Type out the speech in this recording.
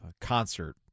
concert